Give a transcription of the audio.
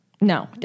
No